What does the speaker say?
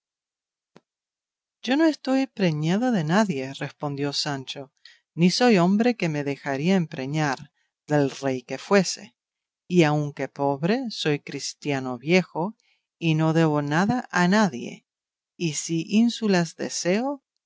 yo no estoy preñado de nadie respondió sancho ni soy hombre que me dejaría empreñar del rey que fuese y aunque pobre soy cristiano viejo y no debo nada a nadie y si ínsulas deseo